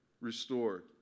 restored